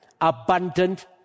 Abundant